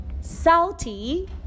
salty